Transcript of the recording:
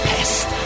Pest